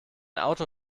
auto